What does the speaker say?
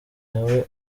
abaye